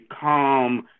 calm